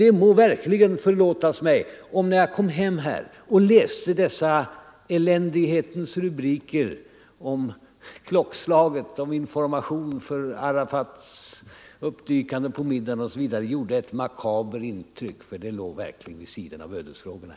Det må förlåtas mig att när jag kom hem och läste dessa eländighetens rubriker om klockslaget, informationen om Arafats uppdykande på middagen osv. så gjorde detta ett makabert intryck på mig — det låg verkligen vid sidan av de stora ödesfrågorna!